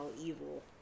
evil